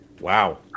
Wow